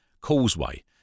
causeway